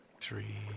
three